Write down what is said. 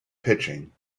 pitching